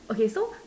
okay so